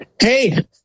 Hey